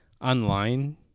online